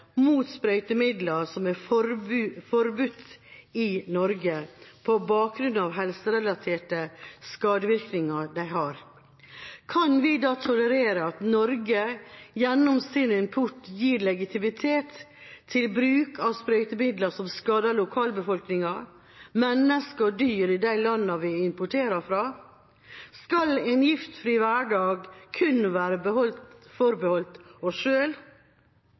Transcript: som er forbudt i Norge på bakgrunn av de helserelaterte skadevirkningene de har. Kan vi da tolerere at Norge gjennom sin import gir legitimitet til bruk av sprøytemidler som skader lokalbefolkning, mennesker og dyr i de landene vi importerer fra? Skal en giftfri hverdag kun være forbeholdt oss?